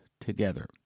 together